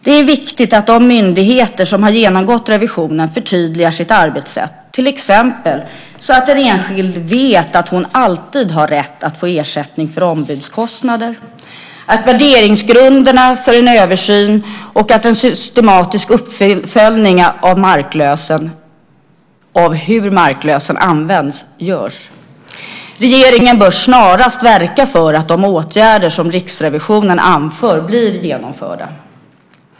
Det är viktigt att de myndigheter som har genomgått revisionen förtydligar sitt arbetssätt, till exempel så att en enskild vet att hon alltid har rätt att få ersättning för ombudskostnader, att värderingsgrunderna får en översyn och att det görs en systematisk uppföljning av hur marklösen används. Regeringen bör snarast verka för att de åtgärder som Riksrevisionen anför blir genomförda.